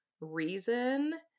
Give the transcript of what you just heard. reason